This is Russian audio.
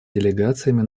делегациями